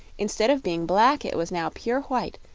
instead of being black, it was now pure white,